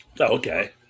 okay